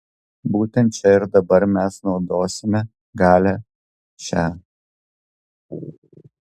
būtent čia ir dabar mes naudosime galią šią